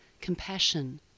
compassion